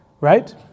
right